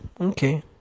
okay